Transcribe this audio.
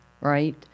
Right